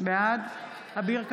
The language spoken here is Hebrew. בעד אביר קארה,